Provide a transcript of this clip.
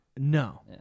No